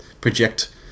project